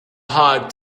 hard